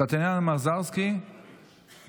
ואוריאל בוסו,